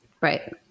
right